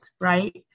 right